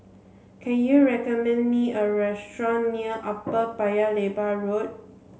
can you recommend me a restaurant near Upper Paya Lebar Road